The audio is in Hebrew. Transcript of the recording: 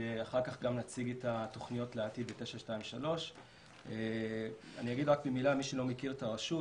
ואחר כך נציג את התוכניות לעתיד את 923. אני אגיד במילה למי שלא מכיר את הרשות,